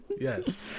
Yes